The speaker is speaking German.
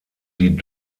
die